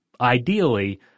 ideally